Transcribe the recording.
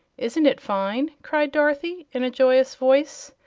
isn't it fine? cried dorothy, in a joyous voice,